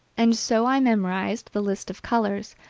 and so i memorized the list of colors,